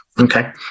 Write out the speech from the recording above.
Okay